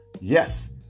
Yes